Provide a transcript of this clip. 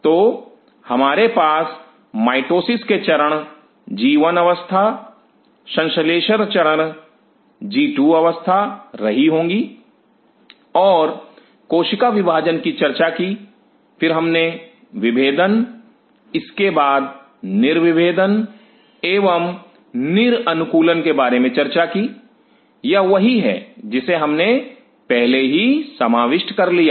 तो हमारे पास माइटोसिस के चरण जी 1 अवस्था संश्लेषण चरण जी 2 अवस्था रही होंगी और कोशिका विभाजन की चर्चा की फिर हमने विभेदन इसके बाद निर्विभेदन एवं निर अनुकूलन के बारे में चर्चा की यह वही है जिसे हमने पहले ही समाविष्ट कर लिया